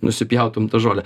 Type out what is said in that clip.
nusipjautum tą žolę